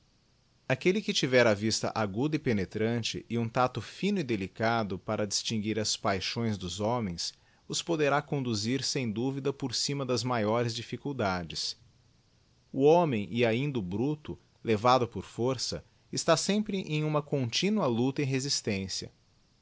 aquelle que tiver a vista aguda e penetrante é ntn tacto fino e delicado para distinguir as paixoes doer homens os poderá conduzir sem duvida por cima dad filaiores dificuldades o homem e ainda o bruto levado por força está sempre em uma continua lucta e resis